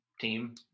team